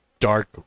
dark